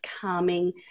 calming